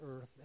earth